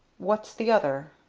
what's the other?